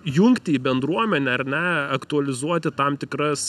jungti į bendruomenę ar ne aktualizuoti tam tikras